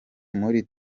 muri